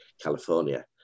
California